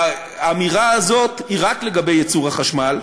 האמירה הזאת היא רק לגבי ייצור החשמל.